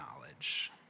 knowledge